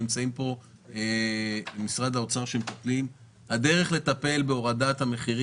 נמצאים פה נציגי משרד האוצר,